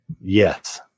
Yes